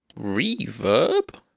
reverb